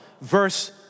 verse